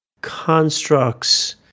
constructs